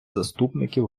заступників